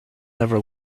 never